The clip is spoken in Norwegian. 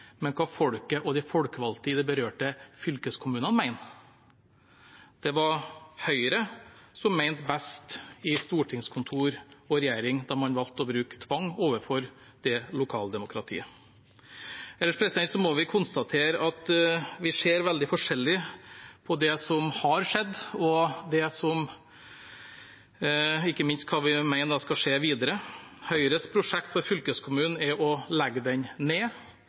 men hva folket og de folkevalgte i de berørte fylkeskommunene mener. Det var Høyre som mente best i stortingskontor og regjering da man valgte å bruke tvang overfor det lokaldemokratiet. Ellers må vi konstatere at vi ser veldig forskjellig på det som har skjedd, og ikke minst på hva vi mener skal skje videre. Høyres prosjekt for fylkeskommunen er å legge den ned.